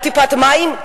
על טיפת מים,